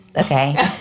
okay